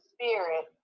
Spirit